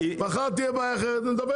מחר תהיה בעיה אחרת נדבר עליה.